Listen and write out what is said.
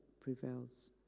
prevails